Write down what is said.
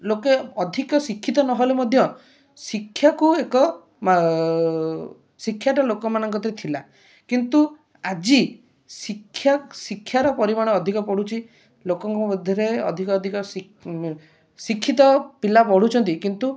ଲୋକେ ଅଧିକ ଶିକ୍ଷିତ ନ ହେଲେ ମଧ୍ୟ ଶିକ୍ଷାକୁ ଏକ ଶିକ୍ଷାଟା ଲୋକମାନଙ୍କ ଥିଲା କିନ୍ତୁ ଆଜି ଶିକ୍ଷାର ପରିମାଣ ଅଧିକ ପଡ଼ୁଛି ଲୋକଙ୍କ ମଧ୍ୟରେ ଅଧିକ ଅଧିକ ଶିକ୍ଷିତ ପିଲା ପଢ଼ୁଛନ୍ତି କିନ୍ତୁ